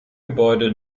gebäude